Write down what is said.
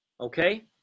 Okay